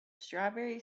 strawberry